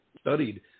studied